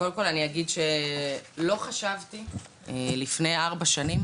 קודם כל אני אגיד שלא חשבתי לפני ארבע שנים